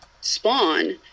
spawn